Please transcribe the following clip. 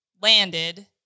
landed